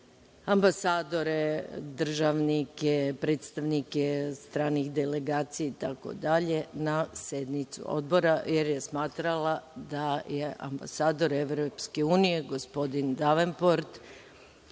ambasadore, državnike, predstavnike stranih delegacija itd. na sednicu odbora, jer je smatrala da je ambasador EU, gospodin Devenport